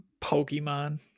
Pokemon